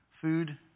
food